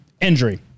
injury